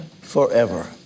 forever